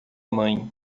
mãe